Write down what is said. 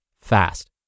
fast